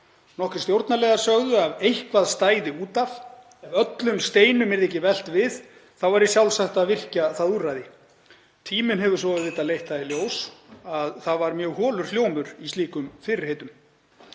Nokkrir stjórnarliðar sögðu að af eitthvað stæði út af og ef öllum steinum yrði ekki velt við þá væri sjálfsagt að virkja það úrræði. Tíminn hefur svo auðvitað leitt í ljós að það var mjög holur hljómur í slíkum fyrirheitum.